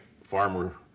farmer